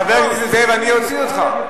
חבר הכנסת זאב, אני אוציא אותך.